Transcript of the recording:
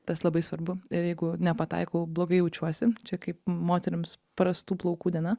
tas labai svarbu ir jeigu nepataikau blogai jaučiuosi čia kaip moterims prastų plaukų diena